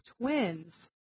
twins